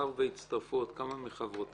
מאחר שהצטרפו עוד כמה מחברותינו,